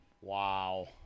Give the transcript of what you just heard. Wow